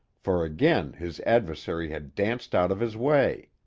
for again his adversary had danced out of his way.